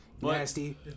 Nasty